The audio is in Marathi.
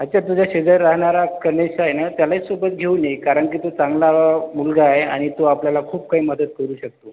अच्छा तुझ्या शेजारी राहणारा कनेश आहे ना त्यालाही सोबत घेऊन ये कारण की तो चांगला मुलगा आहे आणि तो आपल्याला खूप काही मदत करू शकतो